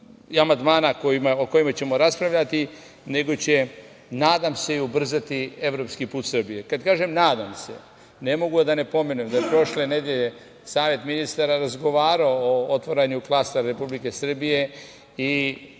amandmana o kojima ćemo raspravljati, nego će nadam se i ubrzati evropski put Srbije. Kada kažem nadam se, ne mogu a da ne pomenem da je prošle nedelje Savet ministara razgovarao o otvaranju klastera Republike Srbije i